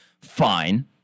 fine